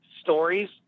stories